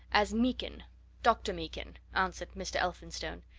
as meekin dr. meekin, answered mr. elphinstone.